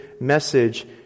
message